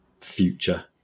future